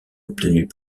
obtenue